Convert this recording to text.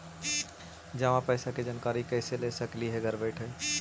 जमा पैसे के जानकारी कैसे ले सकली हे घर बैठे?